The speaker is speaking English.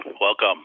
welcome